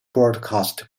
broadcast